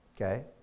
Okay